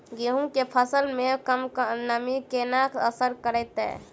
गेंहूँ केँ फसल मे कम नमी केना असर करतै?